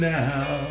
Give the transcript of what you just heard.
now